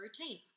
routine